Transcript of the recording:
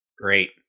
Great